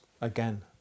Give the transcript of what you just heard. again